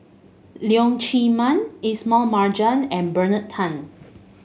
Leong Chee Mun Ismail Marjan and Bernard Tan